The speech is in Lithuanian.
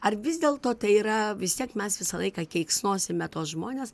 ar vis dėlto tai yra vis tiek mes visą laiką keiksnosime tuos žmones